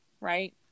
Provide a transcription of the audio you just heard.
right